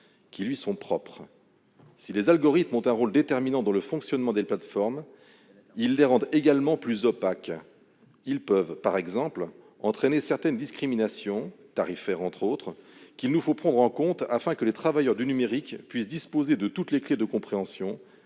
qui lui sont propres. Si les algorithmes ont un rôle déterminant dans le fonctionnement des plateformes, ils rendent également celles-ci plus opaques. Ils peuvent, par exemple, entraîner certaines discriminations, tarifaires entre autres, que nous devons prendre en compte, afin que les travailleurs du numérique puissent disposer de toutes les clés de compréhension